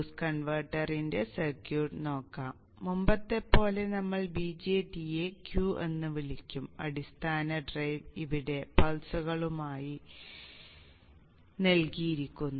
boost കൺവെർട്ടറിന്റെ circuit നോക്കാം മുമ്പത്തെപ്പോലെ നമ്മൾ BJT യെ Q എന്ന് വിളിക്കും അടിസ്ഥാന ഡ്രൈവ് ഇവിടെ പൾസുകളായി നൽകിയിരിക്കുന്നു